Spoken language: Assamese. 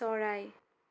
চৰাই